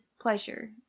pleasure